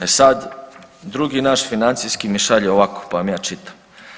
E sad, drugi naš financijski mi šalje ovako pa vam ja čitam.